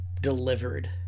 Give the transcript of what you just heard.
delivered